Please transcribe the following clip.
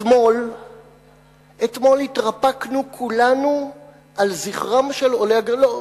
אתמול התרפקנו כולנו על זכרם של עולי הגרדום,